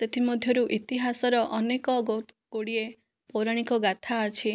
ସେଥି ମଧ୍ୟରୁ ଇତିହାସର ଅନେକ ଗୁଡ଼ିଏ ପୌରଣିକ ଗାଥା ଅଛି